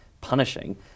punishing